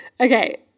Okay